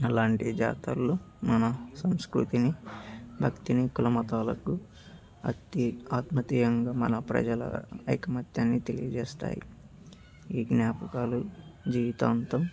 అలాంటి జాతర్లు మన సంస్కృతిని భక్తిని కులమతాలకు అతి ఆత్మతీయంగా మన ప్రజల ఐకమత్యాన్ని తెలియజేస్తాయి ఈ జ్ఞాపకాలు జీవితావంతం